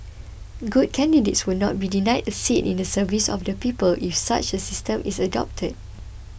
good candidates would not be denied a seat in the service of the people if such a system is adopted